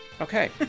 Okay